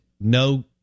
no